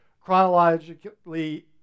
chronologically